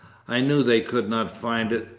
i knew they could not find it.